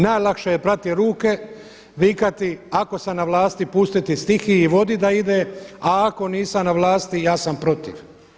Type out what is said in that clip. Najlakše je prati ruke, vikati ako sam na vlasti pustiti stihiji i vodi da ide a ako nisam na vlasti ja sam protiv.